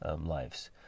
lives